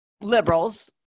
liberals